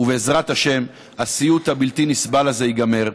ובעזרת השם הסיוט הבלתי-נסבל הזה ייגמר,